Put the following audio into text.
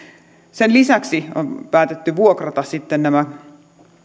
sen lisäksi on päätetty vuokrata nämä